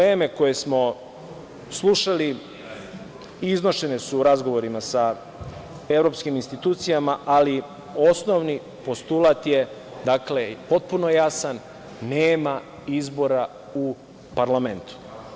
Sve dileme koje smo slušali iznošene su u razgovorima sa evropskim institucijama, ali osnovni postulat je i potpuno jasan, nema izbora u parlamentu.